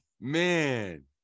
man